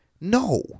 No